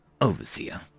Overseer